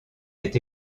est